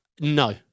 no